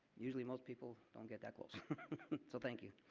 usually most people don't get that close. so thank you.